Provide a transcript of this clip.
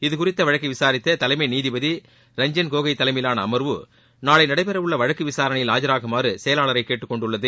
இதுகுறித்த வழக்கை விசாரித்த தலைமை நீதிபதி ரஞ்சன் கோகோய் தலைமையிலான அமர்வு நாளை நடைபெறவுள்ள வழக்கு விசாரணையில் ஆஜராகுமாறு செயலாளரை கேட்டுக் கொண்டுள்ளது